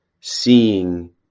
seeing